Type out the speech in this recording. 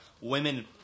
Women